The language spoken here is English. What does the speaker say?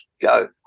go